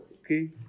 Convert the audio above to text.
okay